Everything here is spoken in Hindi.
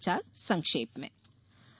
समाचार संक्षेप में